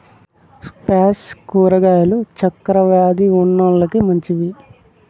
squash కూరగాయలు చక్కర వ్యాది ఉన్నోలకి మంచివి